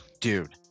Dude